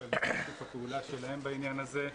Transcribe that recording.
היושב-ראש, על שיתוף הפעולה שלהם בעניין הזה.